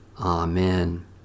Amen